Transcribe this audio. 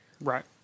right